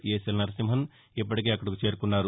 governor Narasimhan ఇప్పటికే అక్కడకు చేరుకున్నారు